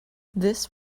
this